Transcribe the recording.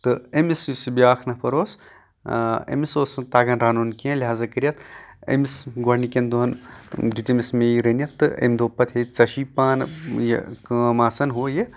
تہٕ أمِس یُس یہِ بیاکھ نفر اوس أمِس اوس نہٕ تَگان رَنُن کیٚنٛہہ لِہزا کٔرِتھ أمِس گۄڈٕنِکٮ۪ن دۄہَن دیُت أمِس میٚیی رٔنِتھ تہٕ أمۍ دوٚپ پَتہٕ ہے ژےٚ چھُے پانہٕ یہِ کٲم آسان ہُہ یہِ